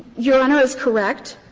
your honor is correct.